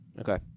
Okay